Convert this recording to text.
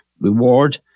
reward